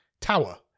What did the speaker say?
tower